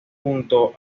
junto